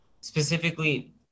specifically